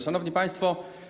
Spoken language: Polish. Szanowni Państwo!